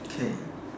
okay